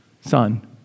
son